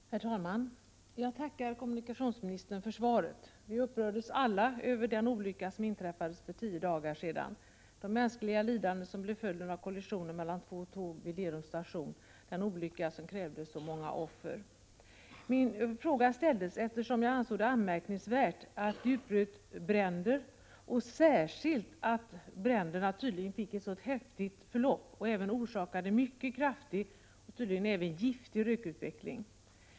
Herr talman! Jag tackar kommunikationsministern för svaret. Alla upprördes vi av den olycka som inträffade för tio dagar sedan och av de mänskliga lidanden som blev följden av kollisionen mellan de två tågen vid Lerums station — en olycka som krävde så många offer. Jag framställde frågan, eftersom jag ansåg det vara anmärkningsvärt att bränder utbröt vid kollisionen. Särskilt anmärkningsvärt är det att bränderna, som framgått, fick ett så häftigt förlopp. Dessutom förorsakade de mycket kraftig och, tydligen, också giftig rökutveckling.